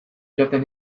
joaten